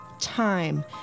time